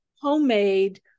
homemade